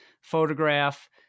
photograph